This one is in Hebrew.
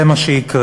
זה מה שיקרה.